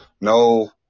no